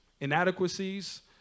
inadequacies